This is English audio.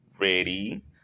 ready